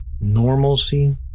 normalcy